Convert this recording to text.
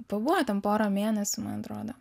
pabuvo ten porą mėnesių man atrodo